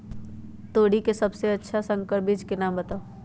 तोरी के सबसे अच्छा संकर बीज के नाम बताऊ?